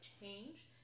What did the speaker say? change